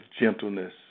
gentleness